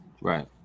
Right